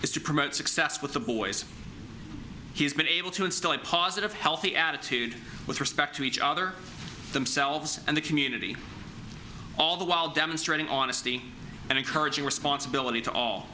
is to promote success with the boys he's been able to instill a positive healthy attitude with respect to each other for themselves and the community all the while demonstrating on the city and encouraging responsibility to all